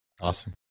Awesome